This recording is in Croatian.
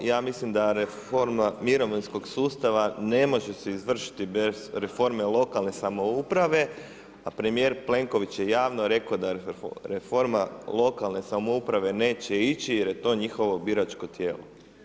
Ja mislim da reforma mirovinskoga sustava ne može se izvršiti bez reforme lokalne samouprave a premjer Plenković je javno rekao da reforma lokalne samouprave neće ići jer je to njihovo biračko tijelo.